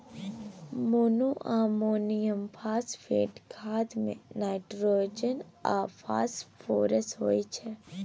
monoammonium phosphate खाद मे nitrogen आ फास्फोरस होइ छै